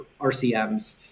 RCMS